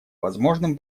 возможным